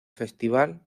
festival